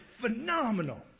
phenomenal